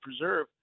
preserve